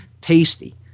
tasty